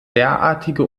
derartige